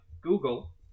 google